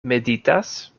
meditas